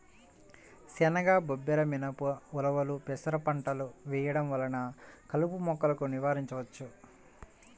శనగ, బబ్బెర, మినుము, ఉలవలు, పెసర పంటలు వేయడం వలన కలుపు మొక్కలను నివారించవచ్చు